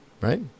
Right